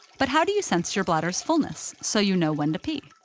but how do you sense your bladder's fullness so you know when to pee?